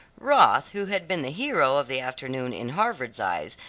roth, who had been the hero of the afternoon in harvard eyes,